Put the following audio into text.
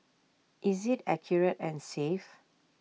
is IT accurate and safe